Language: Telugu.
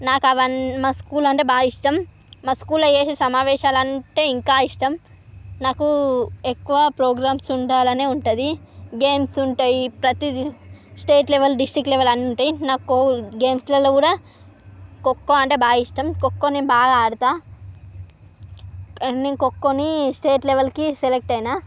నాకు అవన్నీ మా స్కూల్ అంటే బాగా ఇష్టం మా స్కూల్లో చేసే సమావేశాలు అంటే ఇంకా ఇష్టం నాకు ఎక్కువ ప్రోగ్రామ్స్ ఉండాలని ఉంటది గేమ్స్ ఉంటాయి ప్రతిదీ స్టేట్ లెవెల్ డిస్టిక్ లెవెల్ అన్ని ఉంటాయి నాకు గేమ్స్లలో కూడా ఖోఖో అంటే బాగా ఇష్టం ఖోఖో నేను బాగా ఆడతా నేను ఖోఖోని స్టేట్ లెవెల్కి సెలెక్ట్ అయినా